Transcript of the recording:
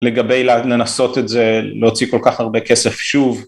לגבי לנסות את זה להוציא כל כך הרבה כסף שוב.